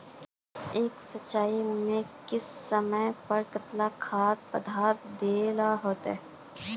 एक सिंचाई में किस समय पर केते खाद पदार्थ दे ला होते?